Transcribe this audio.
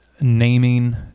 naming